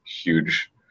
huge